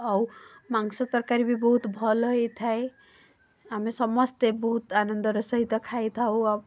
ଆଉ ମାଂସ ତରକାରୀ ବି ବହୁତ ଭଲ ହେଇଥାଏ ଆମେ ସମସ୍ତେ ବହୁତ ଆନନ୍ଦର ସହିତ ଖାଇ ଥାଉ